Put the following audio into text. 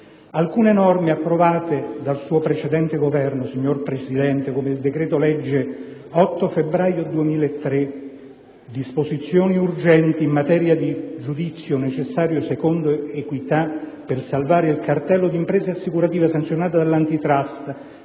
Alcune norme approvate dal suo precedente Governo, signor Presidente, come il decreto-legge 8 febbraio 2003, n. 18, recante "Disposizioni urgenti in materia di giudizio necessario secondo equità", per salvare il cartello di imprese assicurative sanzionate dall'*Antitrust*